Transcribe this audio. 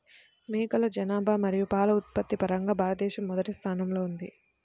మేకల జనాభా మరియు పాల ఉత్పత్తి పరంగా భారతదేశం మొదటి స్థానంలో ఉంది